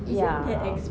yeah